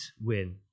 win